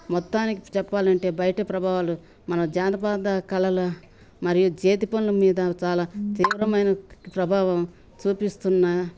మొత్తానికి చెప్పాలంటే బయట ప్రభావాలు మన జానపద కళల మరియు చేతి పనుల మీద చాలా తీవ్రమైన ప్రభావం చూపిస్తున్న